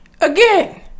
Again